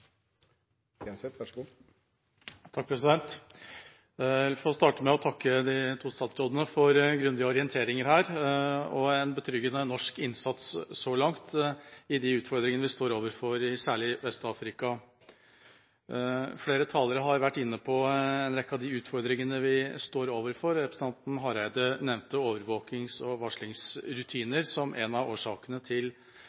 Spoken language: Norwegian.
starte med å takke de to statsrådene for grundige orienteringer og for en betryggende norsk innsats så langt med de utfordringene vi står overfor, særlig i Vest-Afrika. Flere talere har vært inne på en rekke av de utfordringene vi står overfor. Representanten Hareide nevnte overvåkings- og